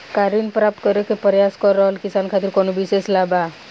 का ऋण प्राप्त करे के प्रयास कर रहल किसान खातिर कउनो विशेष लाभ बा?